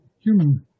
human